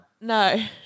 No